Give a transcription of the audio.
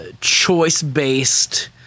choice-based